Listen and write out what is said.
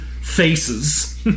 faces